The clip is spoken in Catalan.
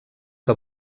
que